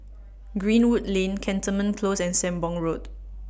Greenwood Lane Cantonment Close and Sembong Road